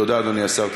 תודה, אדוני השר.